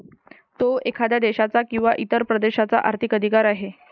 तो एखाद्या देशाचा किंवा इतर प्रदेशाचा आर्थिक अधिकार आहे